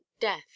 death